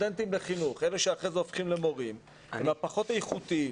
אלה שאחרי זה הופכים למורים, הם הפחות איכותיים